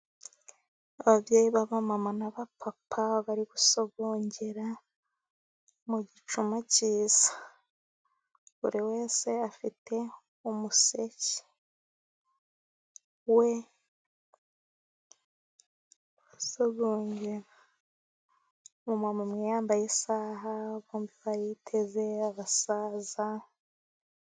Ababyeyi b'abamama n'abapapa bari gusogongera mu gicuma cyiza, buri wese afite umuseke we arasogongera. Umumama umwe yambaye isaha, uwundi ariteze, abasaza ...